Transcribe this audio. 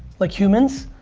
like humans,